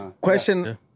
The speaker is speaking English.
question